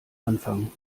anfang